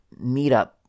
meetup